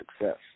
success